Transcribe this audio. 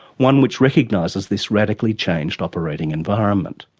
one which recognises this radically changed operating environment.